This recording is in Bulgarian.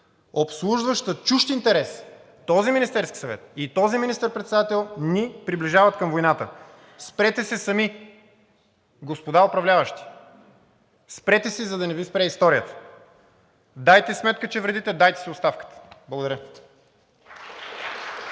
обслужваща чужд интерес, този Министерски съвет и този министър-председател ни приближават към войната. Спрете се сами, господа управляващи! Спрете се, за да не Ви спре историята! Дайте сметка, че вредите, дайте си оставката! Благодаря.